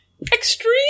Extreme